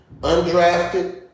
undrafted